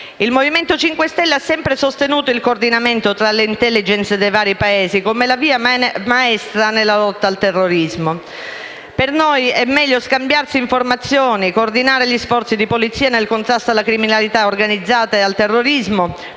Il Movimento 5 Stelle ha sempre sostenuto il coordinamento tra le *intelligence* dei vari Paesi come via maestra nella lotta al terrorismo. Per noi è meglio scambiarsi informazioni, coordinare gli sforzi di Polizia nel contrasto alla criminalità organizzata e al terrorismo,